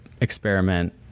experiment